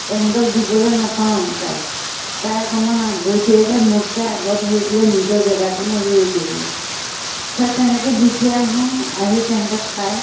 তেহেঁতক দিবলৈ নাপাওঁৱে তাইক তাই অকণমান আগতীয়াকৈ মোটকৈ আগত হৈ পেলাই নিজৰ জেগাকণত ৰৈ দিয়েগৈ হৈ তেনেকৈ দি থৈ আহোঁ আহি তেহেঁতে খায়